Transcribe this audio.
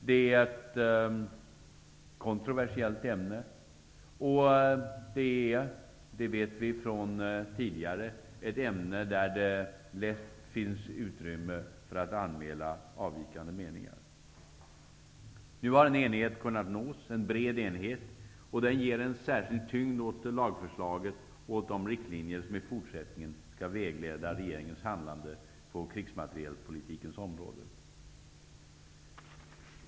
Det är kontroversiellt, och vi vet sedan tidigare att det är ett ämne där man lätt kan finna utrymme för att anmäla avvikande meningar. Nu har en bred enighet kunnat nås, och den ger särskild tyngd åt lagförslaget och åt de riktlinjer som i fortsättningen skall vägleda regeringens handlande på krigsmaterielpolitikens område.